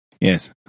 Yes